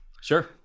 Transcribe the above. Sure